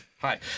Hi